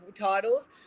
titles